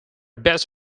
best